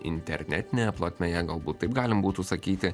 internetinėje plotmėje galbūt taip galim būtų sakyti